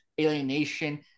alienation